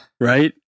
Right